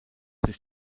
sich